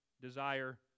desire